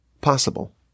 possible